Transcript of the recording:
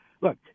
Look